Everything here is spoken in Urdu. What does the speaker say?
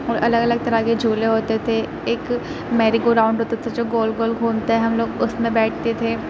اور الگ الگ طرح کے جھولے ہوتے تھے ایک میری گو راؤنڈ ہوتا تھا جو گول گول گھومتا ہے ہم لوگ اس میں بیٹھتے تھے